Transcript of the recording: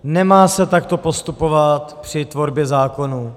Nemá se takto postupovat při tvorbě zákonů.